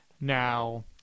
Now